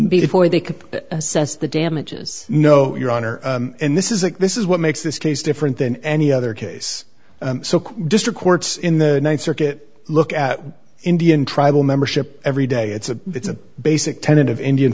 before they could assess the damages no your honor and this is a this is what makes this case different than any other case so district courts in the th circuit look at indian tribal membership every day it's a it's a basic tenet of indian